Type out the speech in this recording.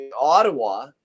Ottawa